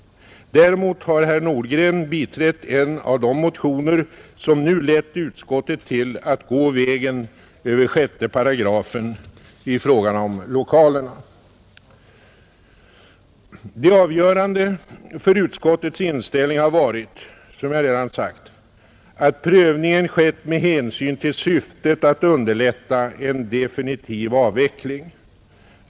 Däremot har herr Nordgren biträtt en av de motioner som nu lett utskottet till att gå vägen över 6 § i fråga om lokalerna. Det avgörande för utskottets inställning har varit — som jag redan sagt — att prövningen skett med hänsyn till syftet att underlätta en definitiv avveckling.